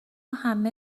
همه